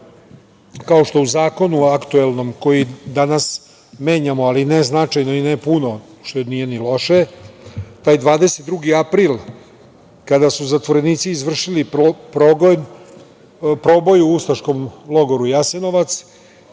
kao što i u zakonu aktuelnom koji danas menjamo ali ne značajno i ne puno, što nije ni loše, taj 22. april kada su zatvorenici izvršili proboj u ustaškom logoru Jasenovac,